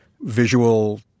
visual